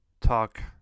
talk